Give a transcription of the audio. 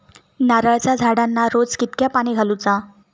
नारळाचा झाडांना रोज कितक्या पाणी घालुचा?